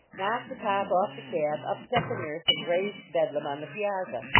knocked the top off the cab, upset the nurse and raised bedlam on the piazza.